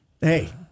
Hey